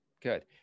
good